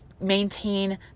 maintain